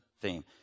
theme